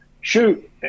Shoot